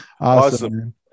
Awesome